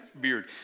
beard